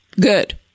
Good